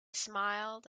smiled